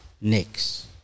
next